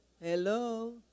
hello